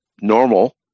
normal